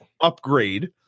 upgrade